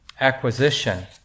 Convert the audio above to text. acquisition